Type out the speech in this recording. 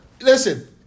Listen